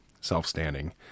self-standing